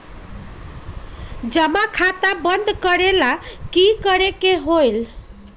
जमा खाता बंद करे ला की करे के होएत?